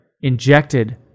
injected